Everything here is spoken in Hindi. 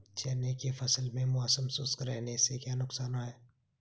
चने की फसल में मौसम शुष्क रहने से क्या नुकसान है?